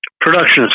Production